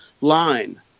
line